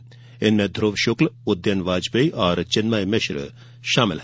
इनमें सर्वश्री ध्रुव शुक्ल उदयन वाजपेयी और चिन्मय मिश्र शामिल हैं